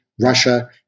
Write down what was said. Russia